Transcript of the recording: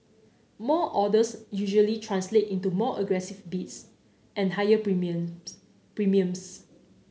more orders usually translate into more aggressive bids and higher premiums